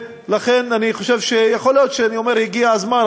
לכן אני חושב שיכול להיות שהגיע הזמן,